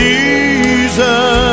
Jesus